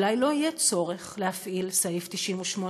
אולי לא יהיה צורך להפעיל את סעיף 98?